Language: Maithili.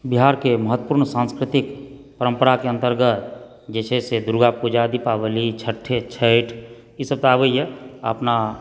बिहारके महत्वपुर्ण सांस्कृतिक परम्पराके अन्तर्गत जे छै से दुर्गापूजा दीपावली छठि ई सब तऽ आबैए अपना